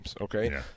okay